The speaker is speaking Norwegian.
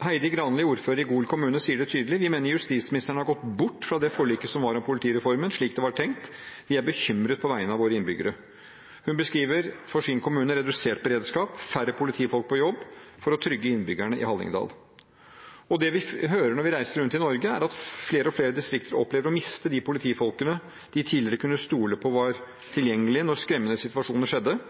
Heidi Granli, ordfører i Gol kommune, sier det tydelig: Vi mener justisministeren har gått bort fra forliket om politireformen slik det var tenkt. Vi er bekymret på vegne av våre innbyggere. Hun beskriver for sin kommune redusert beredskap og færre politifolk på jobb for å trygge innbyggerne i Hallingdal. Og det vi hører når vi reiser rundt i Norge, er at flere og flere distrikter opplever å miste de politifolkene de tidligere kunne stole på var tilgjengelige når skremmende situasjoner skjedde.